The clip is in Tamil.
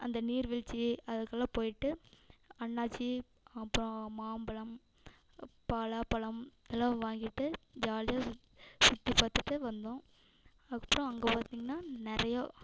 அந்த நீர்வீழ்ச்சி அதுக்கெல்லாம் போயிட்டு அன்னாச்சி அப்றம் மாம்பழம் பலாப்பழம் எல்லாம் வாங்கிட்டு ஜாலியாக சுத் சுற்றி பார்த்துட்டு வந்தோம் அப்றம் அங்கே பார்த்திங்கன்னா நிறைய